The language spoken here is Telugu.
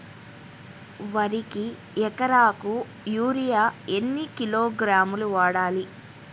వరికి ఎకరాకు యూరియా ఎన్ని కిలోగ్రాములు వాడాలి?